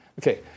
Okay